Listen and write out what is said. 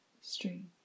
stream